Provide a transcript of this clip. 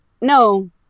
no